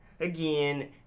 again